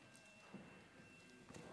תודה